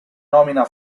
nomina